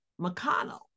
McConnell